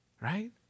right